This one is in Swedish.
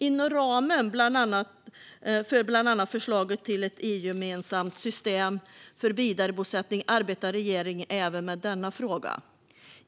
Inom ramen för bland annat förslaget till ett EU-gemensamt system för vidarebosättning arbetar regeringen med denna fråga.